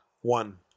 One